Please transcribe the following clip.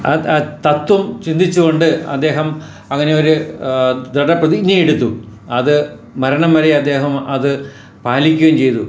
ആ ആ തത്വം ചിന്തിച്ച് കൊണ്ട് അദ്ദേഹം അങ്ങനെ ഒരു ദൃഡപ്രതിജ്ഞ എടുത്തു അത് മരണം വരെ അദ്ദേഹം അത് പാലിക്കുകയും ചെയ്തു